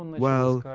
well,